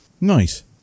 Nice